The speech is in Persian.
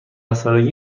سالگی